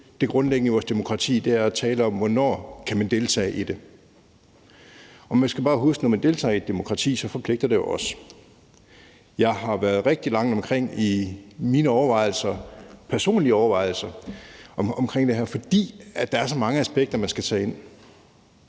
det grundlæggende i vores demokrati at tale om, hvornår man kan deltage i det, og man skal jo bare huske, at det, når man deltager i et demokrati, så også forpligter. Jeg har været rigtig langt omkring i mine personlige overvejelser omkring det her, fordi der er så mange aspekter, man skal tage med